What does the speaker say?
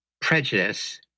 prejudice